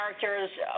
characters